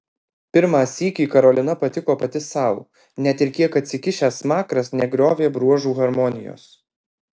pirmą sykį karolina patiko pati sau net ir kiek atsikišęs smakras negriovė bruožų harmonijos